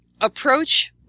approach